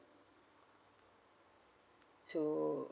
to